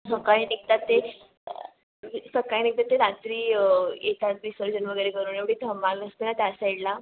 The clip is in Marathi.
सकाळी निघतात ते सकाळी निघतात ते रात्री येतात विसर्जन वगैरे करून एवढी धमाल असते ना त्या साईडला